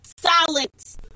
Silence